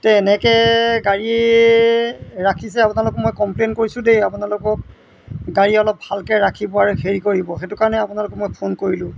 এতিয়া এনেকৈ গাড়ী ৰাখিছে আপোনালোক মই কমপ্লেইন কৰিছোঁ দেই আপোনালোকক গাড়ী অলপ ভালকৈ ৰাখিব আৰু হেৰি কৰিব সেইটো কাৰণে আপোনালোকক মই ফোন কৰিলোঁ